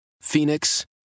Phoenix